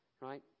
Right